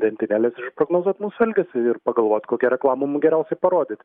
lentynėles išprognozuot mūsų elgesį ir pagalvot kokią reklamą mum geriausiai parodyt